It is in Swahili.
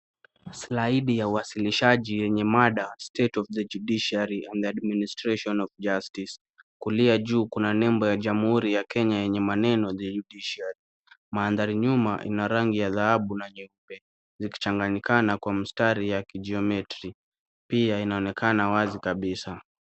Slaidi ya uwasilishaji yenye mada state of the judiciary and the administration of justice . Kulia juu kuna nembo ya jamuhuri ya Kenya yenye maneno the judiciary . Mandhari nyuma ina rangi ya dhahabu na nyeupe zikichanganyikana kwa mstari ya kijiometri. Pia inaonekana wazi kabisa.